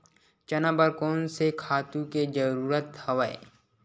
चना बर कोन से खातु के जरूरत हवय?